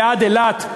ועד אילת,